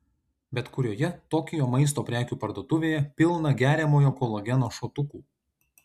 bet kurioje tokijo maisto prekių parduotuvėje pilna geriamojo kolageno šotukų